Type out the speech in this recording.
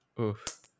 Oof